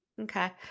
Okay